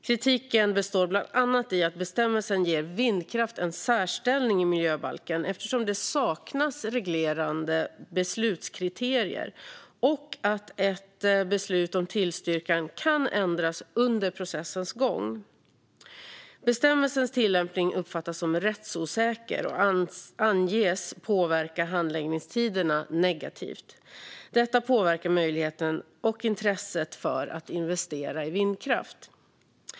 Kritiken består bland annat i att bestämmelsen ger vindkraft en särställning i miljöbalken eftersom det saknas reglerade beslutskriterier och ett beslut om tillstyrkan kan ändras under processens gång. Bestämmelsens tillämpning uppfattas som rättsosäker och anges påverka handläggningstiderna negativt. Detta påverkar möjligheten och intresset för att investera i vindkraft.